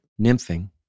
nymphing